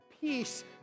peace